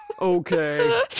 Okay